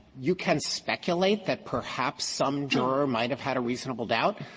you can speculate that perhaps some juror might have had a reasonable doubt,